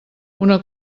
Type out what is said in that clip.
una